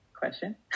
question